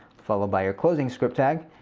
followed by your closing script tag.